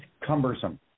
cumbersome